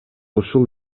ушул